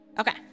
Okay